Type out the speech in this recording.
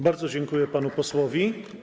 Bardzo dziękuję panu posłowi.